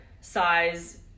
size